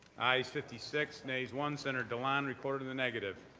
ayes fifty six, nays one, senator dilan recorded in the negative.